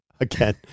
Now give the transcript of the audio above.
again